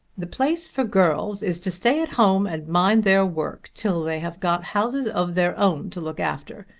the place for girls is to stay at home and mind their work till they have got houses of their own to look after.